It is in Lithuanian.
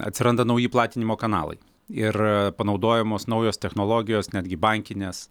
atsiranda nauji platinimo kanalai ir panaudojamos naujos technologijos netgi bankinės